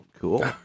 Cool